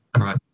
Right